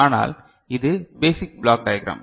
ஆனால் இது basic block diagram